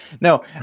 No